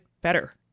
better